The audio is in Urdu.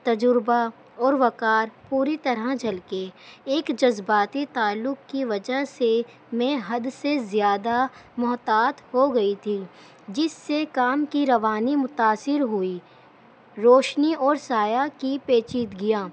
تجربہ اور وقار پوری طرح جھلکے ایک جذباتی تعلق کی وجہ سے میں حد سے زیادہ محتاط ہو گئی تھی جس سے کام کی روانی متاثر ہوئی روشنی اور سایہ کی پیچیدگیاں